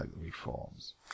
reforms